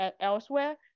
elsewhere